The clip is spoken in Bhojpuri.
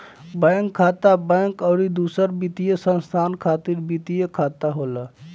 बैंक खाता, बैंक अउरी दूसर वित्तीय संस्था खातिर वित्तीय खाता होला